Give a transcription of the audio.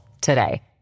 today